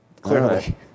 Clearly